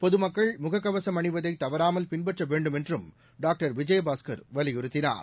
பொதுமக்கள் முகக்கவசும் அணிவதை தவறாமல் பின்பற்ற வேண்டும் என்றும் டாக்டர் விஜயபாஸ்கர் வலியுறுத்தினார்